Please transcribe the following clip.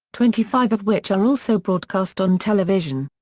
twenty five of which are also broadcast on television.